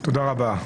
תודה רבה,